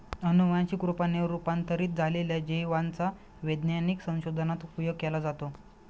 अनुवंशिक रूपाने रूपांतरित झालेल्या जिवांचा वैज्ञानिक संशोधनात उपयोग केला जातो